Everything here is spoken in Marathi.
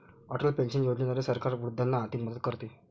अटल पेन्शन योजनेद्वारे सरकार वृद्धांना आर्थिक मदत करते